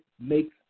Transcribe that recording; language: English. makes